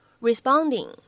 responding